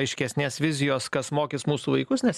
aiškesnės vizijos kas mokys mūsų vaikus nes